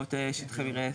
רישיונות שטחי מרעה.